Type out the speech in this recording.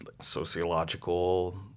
sociological